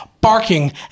barking